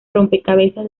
rompecabezas